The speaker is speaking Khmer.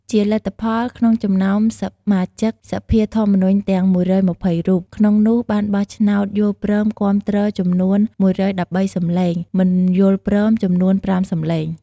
ជាលទ្ធផល ក្នុងចំណោមសមាជិកសភាធម្មនុញ្ញទាំង ១២០រូប ក្នុងនោះបានបោះឆ្នោតយល់ព្រមគាំទ្រចំនួន ១១៣ សំឡេង មិនយល់ព្រមចំនួន ៥ សំឡេង។